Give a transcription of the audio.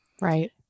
Right